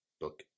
book